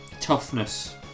toughness